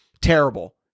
Terrible